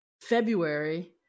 February